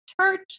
church